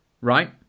Right